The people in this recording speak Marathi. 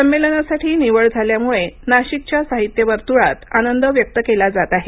सम्मेलनासाठी निवड झाल्यामुळे नाशिकच्या साहित्य वर्तूळात आनंद व्यक्त केला जात आहे